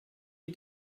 you